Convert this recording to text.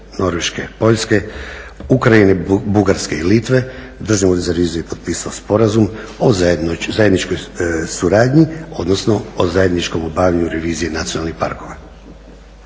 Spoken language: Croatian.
Norveške, Poljske, Ukrajine, Bugarske i Litve Državni ured za reviziju je potpisao sporazum o zajedničkoj suradnji, odnosno o zajedničkom obavljanju revizije nacionalnih parkova.